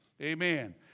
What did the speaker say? Amen